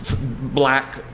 black